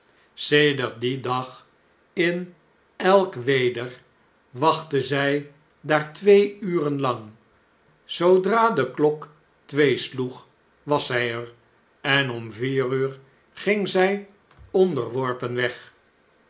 sedert dien dag in elk weder wachtte zg daar twee uren lang zoodra de klok twee sloeg was zij er en om vier uur ging zij onderworpen weg